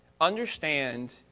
Understand